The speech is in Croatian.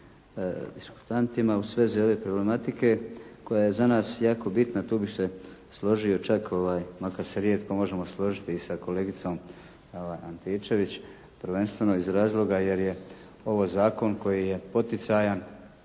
u svezi ove problematike koja je za nas jako bitna. Tu bih se složio čak, makar se rijetko možemo složiti i sa kolegicom Antičević, prvenstveno iz razloga jer je ovo zakon koji je poticajan